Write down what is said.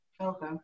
Okay